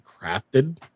crafted